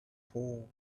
poured